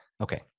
Okay